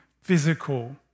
physical